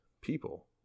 people